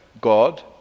God